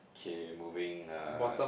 K moving uh